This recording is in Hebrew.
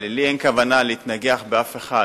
אין לי כוונה להתנגח עם אף אחד,